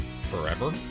forever